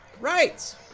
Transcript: Right